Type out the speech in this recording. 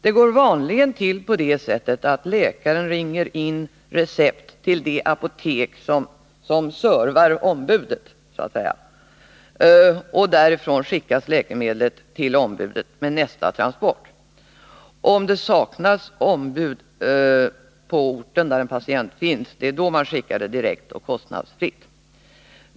Det går vanligen till på det sättet att läkaren ringer in receptet till det apotek som så att säga servar ombudet. Därifrån skickas läkemedlen till ombudet med nästa transport. Om det saknas ombud på orten skickar man medicinen direkt och kostnadsfritt.